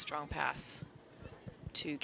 strong pass to